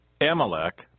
Amalek